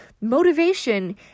motivation